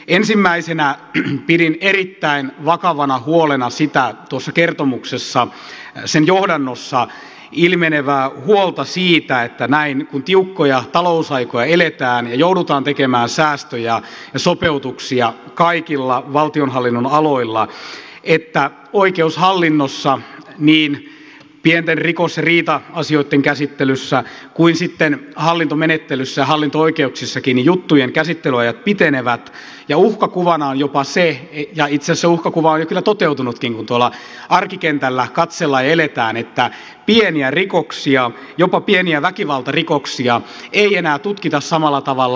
ensimmäisenä pidin erittäin vakavana huolena tuossa kertomuksessa sen johdannossa ilmenevää huolta siitä näin kun tiukkoja talousaikoja eletään ja joudutaan tekemään säästöjä ja sopeutuksia kaikilla valtionhallinnon aloilla että oikeushallinnossa niin pienten rikos ja riita asioitten käsittelyssä kuin sitten hallintomenettelyssä ja hallinto oikeuksissakin juttujen käsittelyajat pitenevät ja uhkakuvana on jopa se ja itse asiassa uhkakuva on jo kyllä toteutunutkin kun tuolla arkikentällä katsellaan ja eletään että pieniä rikoksia jopa pieniä väkivaltarikoksia ei enää tutkita samalla tavalla